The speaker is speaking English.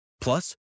Plus